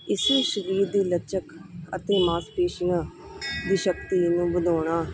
ਇਸ ਸਰੀਰ ਦੀ ਲਚਕ ਅਤੇ ਮਾਸਪੇਸ਼ੀਆਂ ਦੀ ਸ਼ਕਤੀ ਨੂੰ ਵਧਾਉਣਾ